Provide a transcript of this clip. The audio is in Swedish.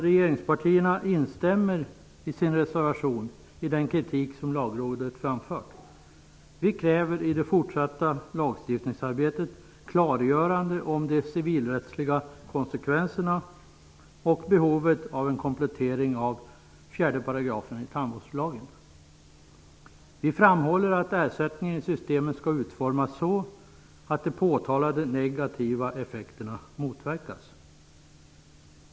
Regeringspartierna instämmer i sin reservation i den kritik som Lagrådet framfört. Vi kräver i det fortsatta lagstiftningsarbetet klargörande om de civilrättsliga konsekvenserna och behovet av en komplettering av 4 § Vi framhåller att ersättningen i systemen skall utformas så att de påtalade negativa effekterna motverkas.